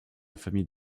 famille